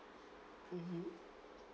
mmhmm